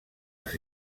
els